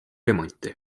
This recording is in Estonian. remonti